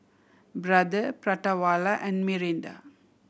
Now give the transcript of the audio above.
Brother Prata Wala and Mirinda